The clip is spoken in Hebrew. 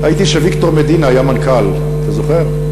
הייתי כשויקטור מדינה היה מנכ"ל, אתה זוכר?